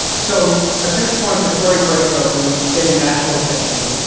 so at this point, the story breaks open, getting national attention.